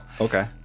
Okay